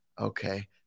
okay